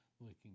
looking